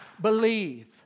believe